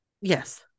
Yes